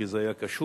כי זה היה קשור